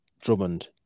Drummond